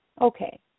Okay